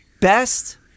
best